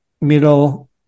middle